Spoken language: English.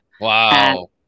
Wow